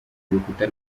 urukuta